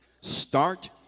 Start